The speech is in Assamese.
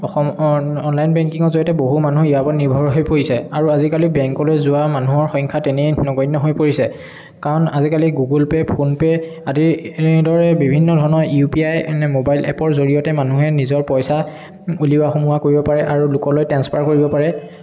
অসম অনলাইন বেংকিঙৰ জৰিয়তে বহু মানুহ ইয়াৰ ওপৰত নিৰ্ভৰ হৈ পৰিছে আৰু আজিকালি বেংকলৈ যোৱা মানুহৰ সংখ্যা তেনেই নগন্য হৈ পৰিছে কাৰণ আজিকালি গুগল পে' ফোনপে' আদিৰ দৰে বিভিন্ন ধৰণৰ ইউ পি আই মোবাইল এপৰ জৰিয়তে মানুহে নিজৰ পইচা উলিওৱা সোমোওৱা কৰিব পাৰে আৰু লোকলৈ ট্ৰেনফাৰ কৰিব পাৰে